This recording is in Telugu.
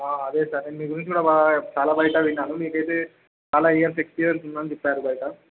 ఆ అదే సార్ మీ గురించి కూడా చాలా బయట విన్నాను మీకు అయితే చాలా ఇయర్స్ ఎక్స్పీరియన్స్ ఉందని చెప్పారు బయట